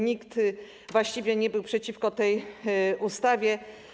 Nikt właściwie nie był przeciwko tej ustawie.